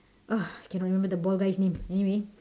ugh cannot remember the bald guy's name anyway